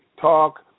talk